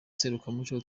serukiramuco